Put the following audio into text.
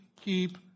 keep